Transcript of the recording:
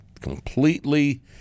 completely